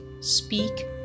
Speak